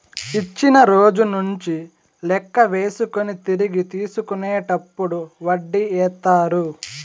ఇచ్చిన రోజు నుంచి లెక్క వేసుకొని తిరిగి తీసుకునేటప్పుడు వడ్డీ ఏత్తారు